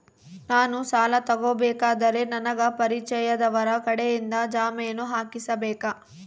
ನಾನು ಸಾಲ ತಗೋಬೇಕಾದರೆ ನನಗ ಪರಿಚಯದವರ ಕಡೆಯಿಂದ ಜಾಮೇನು ಹಾಕಿಸಬೇಕಾ?